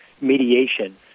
mediation